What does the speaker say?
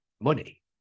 money